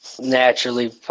naturally